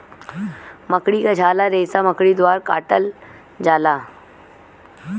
मकड़ी क झाला रेसा मकड़ी द्वारा काटल जाला